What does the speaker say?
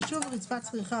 שבעה מיליארד.